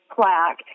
Plaque